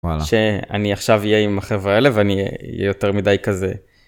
וואלה. שאני עכשיו אהיה עם החברה האלה ואני אהיה יותר מדי כזה.